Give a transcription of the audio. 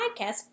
podcast